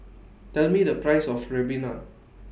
Tell Me The Price of Ribena